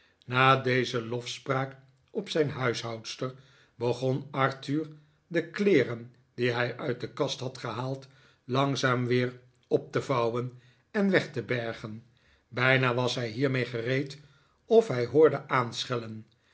na deze lofspraak op zijn huishoudster begon arthur de kleeren die hij uit de kast had gehaald langzaam weer op te vouwen en weg te bergen bijna was hij hiermee gereed of hij hoorde aanschellen